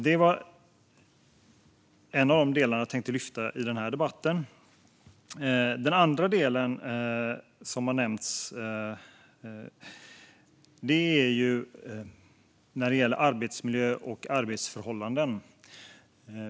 Detta var en av de delar jag tänkte lyfta i debatten. Den andra delen gäller arbetsmiljö och arbetsförhållanden.